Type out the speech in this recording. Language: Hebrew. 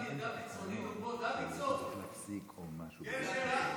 דוידסון, אתה או חילי,